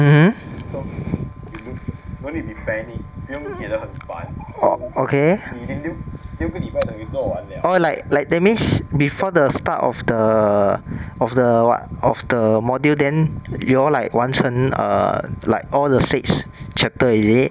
mmhmm orh okay orh like like that means before the start of the of the what of the module then you all like 完成 err like all the six chapter is it